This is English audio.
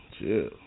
Chill